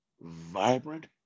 vibrant